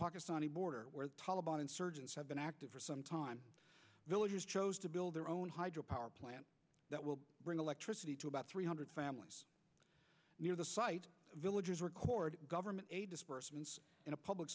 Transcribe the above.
pakistani border where the taliban insurgents have been active for some time villagers chose to build their own hydro power plant that will bring electricity to about three hundred families near the site villagers record government and a public